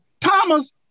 Thomas